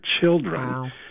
children